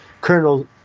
Colonel